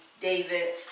David